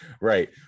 right